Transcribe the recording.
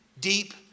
deep